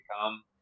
come